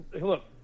look